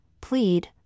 plead